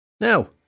Now